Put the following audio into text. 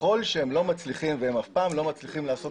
וככל שהם לא מצליחים והם אף פעם לא מצליחים לעשות